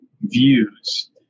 views